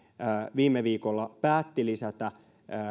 viime viikolla päätti lisätä